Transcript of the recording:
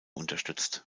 unterstützt